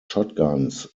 shotguns